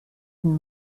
une